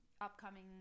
upcoming